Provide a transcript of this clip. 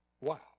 Wow